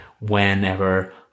whenever